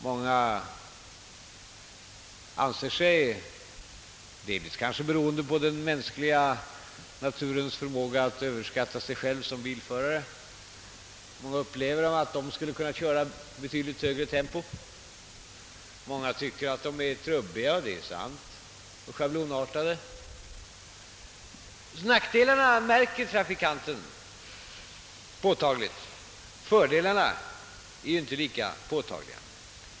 Många anser, kanske delvis beroende på människans förmåga att överskatta sig själv som bilförare, att de skulle kunna köra i betydligt högre tempo, och många tycker att hastighetsbegränsningarna är trubbiga och schablonartade — och det är sant. Nackdelarna är alltså påtagliga för trafikanten medan fördelarna inte är lika uppenbara.